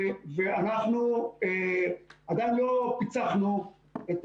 ואנחנו עדיין לא פיצחנו את